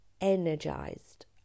energized